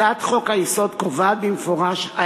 הצעת חוק-היסוד קובעת במפורש את